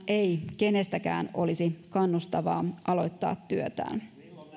ei kenestäkään olisi kannustavaa aloittaa työtään